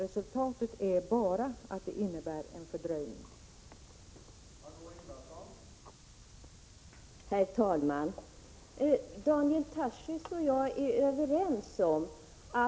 Resultatet blir bara att en fördröjning uppstår.